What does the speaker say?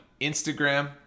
Instagram